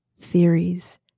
theories